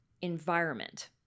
environment